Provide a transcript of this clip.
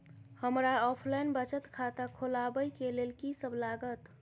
हमरा ऑफलाइन बचत खाता खोलाबै केँ लेल की सब लागत?